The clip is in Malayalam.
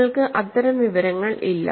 നിങ്ങൾക്ക് അത്തരം വിവരങ്ങൾ ഇല്ല